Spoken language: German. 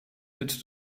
sitz